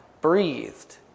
breathed